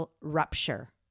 rupture